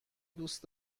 دوست